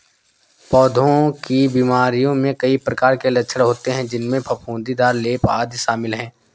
पौधों की बीमारियों में कई प्रकार के लक्षण होते हैं, जिनमें फफूंदीदार लेप, आदि शामिल हैं